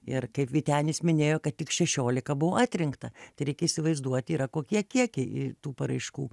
ir kaip vytenis minėjo kad tik šešiolika buvo atrinkta tai reikia įsivaizduoti yra kokie kiekiai tų paraiškų